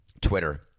Twitter